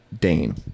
Dane